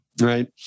right